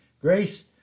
Grace